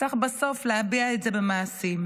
בסוף צריך להביע את זה במעשים.